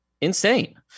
insane